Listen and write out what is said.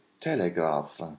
telegraph